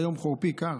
היה יום חורפי קר.